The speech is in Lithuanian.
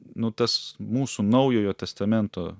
nu tas mūsų naujojo testamento